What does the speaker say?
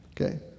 okay